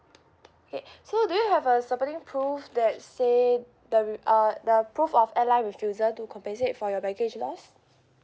okay so do you have a supporting proof that say the re~ uh the proof of airline refusal to compensate for your baggage loss